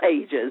ages